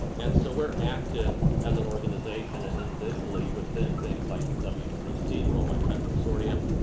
and so we're active as an organization and individually within things like w three c or world wide web consortium,